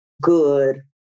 good